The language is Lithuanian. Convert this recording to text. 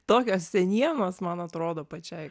tokios senienos man atrodo pačiai